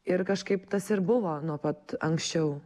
ir kažkaip tas ir buvo nuo pat anksčiau